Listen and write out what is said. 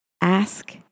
Ask